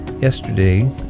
Yesterday